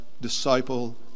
disciple